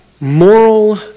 moral